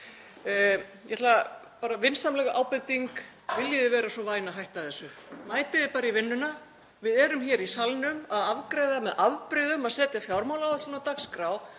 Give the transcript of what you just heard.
vikuna. Bara vinsamleg ábending: Viljið þið vera svo væn að hætta þessu. Mætið bara í vinnunna. Við erum í salnum að afgreiða með afbrigðum að setja fjármálaáætlun á dagskrá.